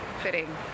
fitting